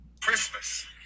Christmas